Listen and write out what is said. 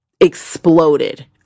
exploded